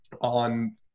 on